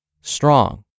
strong